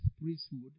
priesthood